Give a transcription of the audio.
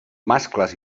mascles